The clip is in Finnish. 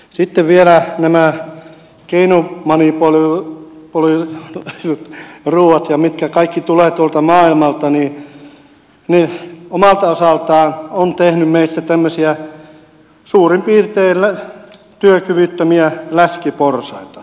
sitten vielä nämä geenimanipuloidut ruuat mitkä kaikki tulevat tuolta maailmalta omalta osaltaan ovat tehneet meistä tämmöisiä suurin piirtein työkyvyttömiä läskiporsaita